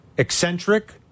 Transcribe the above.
eccentric